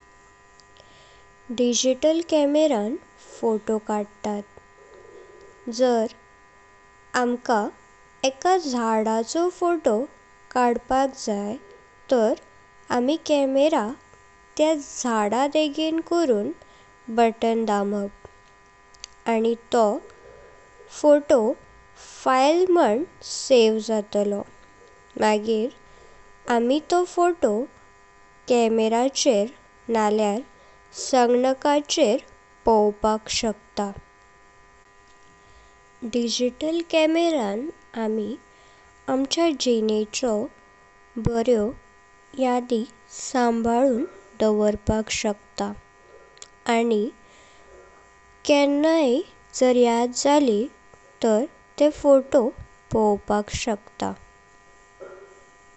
Digital कॅमेराआन, photo काडतात, जार आमक एक झाडाचो फोटो कडपाक जैनते, तनर आमि कॅमेरा त्या झाडा डेगां करून, बटण दांबप। आनी तो फोटो फाइल म्हणं सेव जाताळों मगॆं आमि तो फोटो कॅमेऱचेर नाळयार संगणाकार पावपाक शक्त। डिजिटल कॅमेरआन आमि आमचं जिनेच्यो बाऱ्यो यादि सांभाळॊं दवारपाक शक्त आनी केण्णा जाऱ याद जलीनतार तर तेह फोटो पावपाक शक्त।